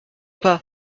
pas